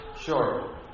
sure